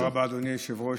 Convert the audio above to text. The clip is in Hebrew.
תודה רבה, אדוני היושב-ראש.